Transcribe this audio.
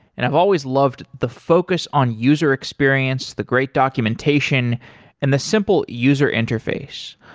and i've always loved the focus on user experience, the great documentation and the simple user interface.